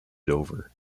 dover